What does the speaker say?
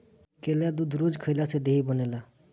केला दूध रोज खइला से देहि बनेला